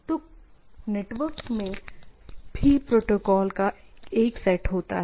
तो नेटवर्क में भी प्रोटोकॉल का एक सेट होता है